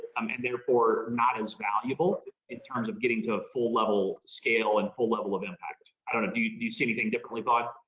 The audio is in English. um and therefore not as valuable in terms of getting to a full level scale and full level of impact. i don't know. do you see anything differently vlad?